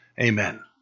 Amen